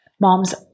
Moms